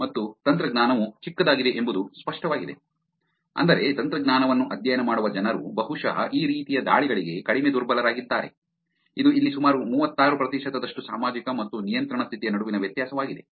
ಮತ್ತು ತಂತ್ರಜ್ಞಾನವು ಚಿಕ್ಕದಾಗಿದೆ ಎಂಬುದು ಸ್ಪಷ್ಟವಾಗಿದೆ ಅಂದರೆ ತಂತ್ರಜ್ಞಾನವನ್ನು ಅಧ್ಯಯನ ಮಾಡುವ ಜನರು ಬಹುಶಃ ಈ ರೀತಿಯ ದಾಳಿಗಳಿಗೆ ಕಡಿಮೆ ದುರ್ಬಲರಾಗಿದ್ದಾರೆ ಇದು ಇಲ್ಲಿ ಸುಮಾರು ಮೂವತ್ತಾರು ಪ್ರತಿಶತದಷ್ಟು ಸಾಮಾಜಿಕ ಮತ್ತು ನಿಯಂತ್ರಣ ಸ್ಥಿತಿಯ ನಡುವಿನ ವ್ಯತ್ಯಾಸವಾಗಿದೆ